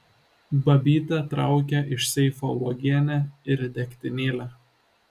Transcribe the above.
babytė traukia iš seifo uogienę ir degtinėlę